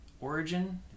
origin